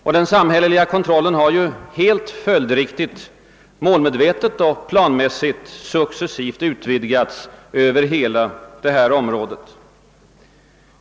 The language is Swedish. Och den samhälleliga kontrollen har helt följdriktigt målmedvetet och planmässigt successivt utvidgats över hela området.